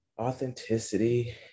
Authenticity